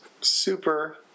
super